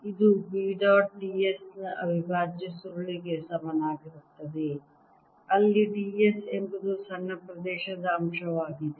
ಇದು B dot d sನ ಅವಿಭಾಜ್ಯ ಸುರುಳಿಗೆ ಸಮನಾಗಿರುತ್ತದೆ ಅಲ್ಲಿ d s ಎಂಬುದು ಸಣ್ಣ ಪ್ರದೇಶದ ಅಂಶವಾಗಿದೆ